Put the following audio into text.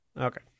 Okay